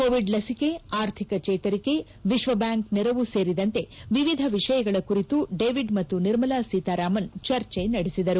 Covid ಲಸಿಕೆ ಆರ್ಥಿಕ ಜೇತರಿಕೆ ವಿಶ್ವ ಬ್ಯಾಂಕ್ ನೆರವು ಸೇರಿದಂತೆ ವಿವಿಧ ವಿಷಯಗಳ ಕುರಿತು ಡೇವಿಡ್ ಮತ್ತು ನಿರ್ಮಲಾ ಸೀತಾರಾಮನ್ ಚರ್ಚೆ ನಡೆಸಿದರು